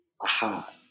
Aha